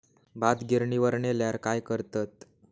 भात गिर्निवर नेल्यार काय करतत?